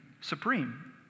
supreme